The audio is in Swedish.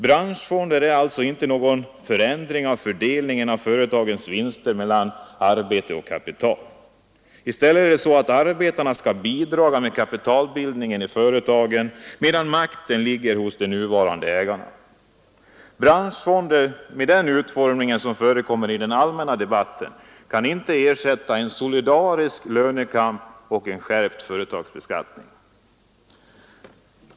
Branschfonder medför alltså inte någon förändring av fördelningen av företagens vinster mellan kapital och arbete. I stället är det så att arbetarna skall bidra med kapitalbildningen i företagen, medan makten ligger hos de nuvarande ägarna. Branschfonder med den utformning som det talas om i den allmänna debatten kan inte ersätta en solidarisk lönekamp och en skärpt företagsbeskattning.